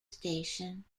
station